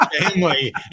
family